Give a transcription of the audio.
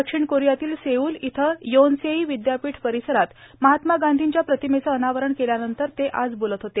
दक्षिण कोरियातील सेऊल इथं योनसेई विद्यापीठ परिसरात महात्मा गांधींच्या प्रतिमेचं अनावरण केल्यानंतर ते आज बोलत होते